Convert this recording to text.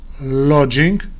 lodging